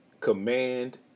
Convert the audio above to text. command